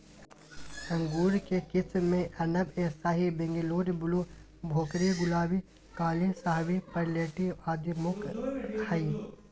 अंगूर के किस्म मे अनब ए शाही, बंगलोर ब्लू, भोकरी, गुलाबी, काली शाहवी, परलेटी आदि मुख्य हई